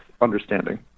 understanding